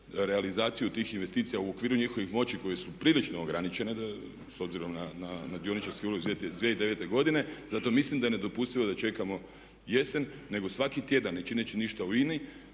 realizaciju tih investicija u okviru njihovih moći koji su prilično ograničene s obzirom na dioničarski ulog iz 2009. godine. Zato mislim da je nedopustivo da čekamo jesen nego svaki tjedan ne čineći ništa u INA-i